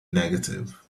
negative